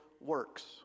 works